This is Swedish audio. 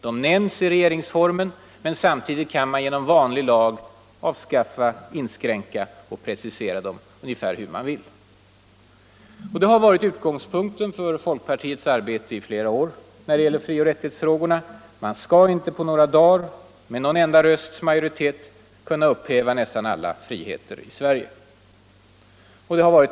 De nämns i regeringsformen, men samtidigt kan man genom vanlig lag avskaffa, inskränka och precisera dem ungefär hur man vill. Detta har varit utgångspunkten för folkpartiets arbete i flera år när det gäller frioch rättigheterna: man skall inte på några dagar med någon enda rösts majoritet kunna upphäva nästan alla friheter i Sverige.